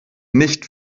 nicht